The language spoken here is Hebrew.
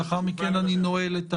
לאחר מכן אני נועל את הדיון.